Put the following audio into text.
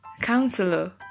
Counselor